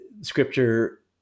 scripture